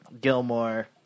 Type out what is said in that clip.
Gilmore